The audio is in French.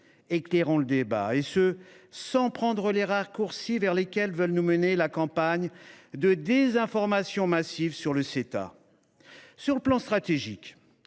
Éclairons le débat, sans emprunter les raccourcis vers lesquels veut nous mener la campagne de désinformation massive sur le Ceta ! Sur le plan stratégique,